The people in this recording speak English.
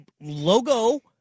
logo